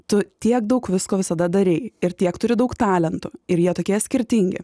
tu tiek daug visko visada darei ir tiek turi daug talentų ir jie tokie skirtingi